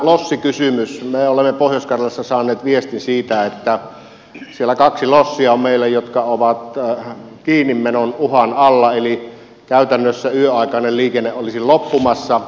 me olemme pohjois karjalassa saaneet viestin siitä että meillä on siellä kaksi lossia jotka ovat kiinnimenon uhan alla eli käytännössä yöaikainen liikenne olisi loppumassa